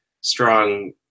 strong